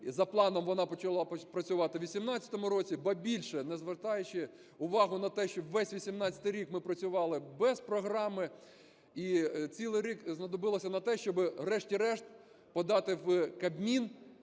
за планом вона почала працювати в 18-му році. Ба більше, не звертаючи увагу на те, що весь 18-й рік ми працювали без програми і цілий рік знадобилося на те, щоб врешті-решт подати в Кабмін